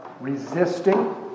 resisting